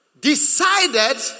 decided